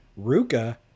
Ruka